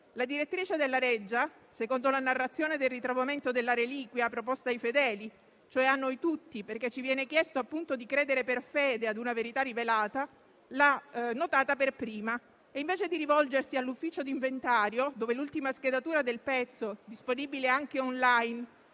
La direttrice della Reggia, secondo la narrazione del ritrovamento della reliquia proposta ai fedeli (cioè a noi tutti, perché ci viene chiesto, appunto, di credere per fede ad una verità rivelata), l'ha notata per prima e, invece di rivolgersi all'ufficio di inventario, dove l'ultima schedatura del pezzo, disponibile anche *online*,